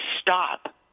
stop